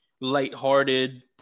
lighthearted